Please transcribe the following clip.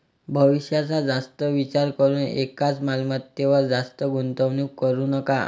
भविष्याचा जास्त विचार करून एकाच मालमत्तेवर जास्त गुंतवणूक करू नका